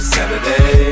Saturday